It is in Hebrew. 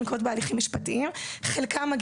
שנה שעברה --- אז תכף נשמע אותך.